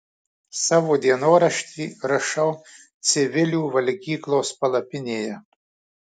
savo dienoraštį rašau civilių valgyklos palapinėje